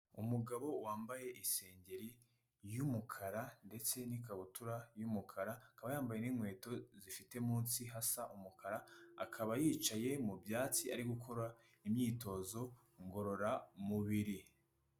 Umugabo wambaye isengeri y'umukara ndetse n'ikabutura y'umukara, akaba yambaye n'inkweto zifite munsi hasa umukara, akaba yicaye mu byatsi arimo gukora imyitozo ngororamubiri.